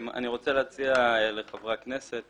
אני רוצה להציע לחברי הכנסת